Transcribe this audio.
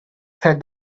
said